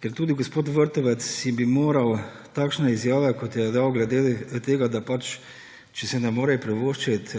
ker tudi gospod Vrtovec si bi moral takšne izjave, kot jo je dal glede tega, da če si ne more privoščiti